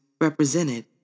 represented